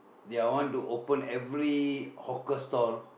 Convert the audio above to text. they are want to open every hawker stall